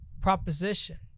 proposition